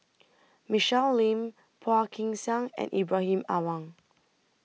Michelle Lim Phua Kin Siang and Ibrahim Awang